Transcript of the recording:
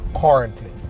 currently